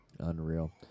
unreal